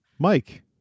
Mike